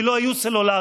כי לא היו סלולריים.